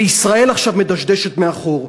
וישראל עכשיו מדשדשת מאחור.